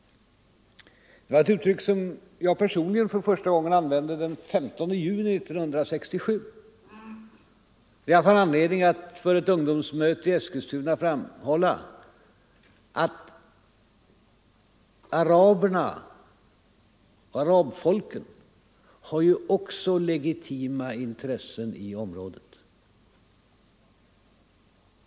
Det var ett uttryck som jag personligen för första gången använde den 15 juni 1967, när jag fann anledning att för ett ungdomsmöte i Eskilstuna framhålla att arabfolken ju också har legitima intressen i området.